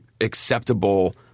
acceptable